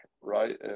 right